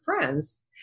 friends